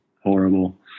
horrible